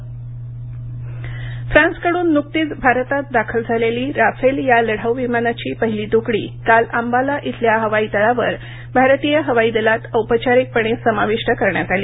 Rafale Rajnath Singh फ्रान्सकडून नुकत्याच भारतात दाखल झालेली राफेल या लढाऊ विमानांची पहिली त्रकडी काल अंबाला इथल्या हवाईतळावर भारतीय हवाई दलात औपचारिकपणे समाविष्ट करण्यात आली